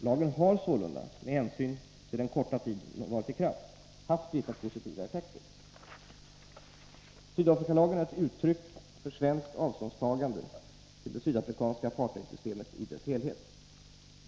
Lagen har sålunda med hänsyn till den korta tid den varit i kraft haft vissa positiva effekter. Sydafrikalagen är ett uttryck för svenskt avståndstagande till det sydafrikanska apartheidsystemet i dess helhet.